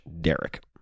Derek